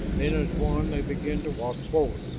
then as one they began to walk forward,